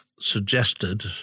suggested